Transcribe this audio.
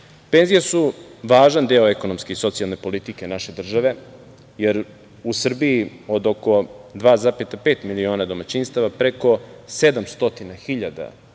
Srbije. Penzije su važan deo ekonomske i socijalne politike naše države, jer u Srbiji od oko 2,5 miliona domaćinstava, preko 700 hiljada domaćinstava,